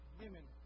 women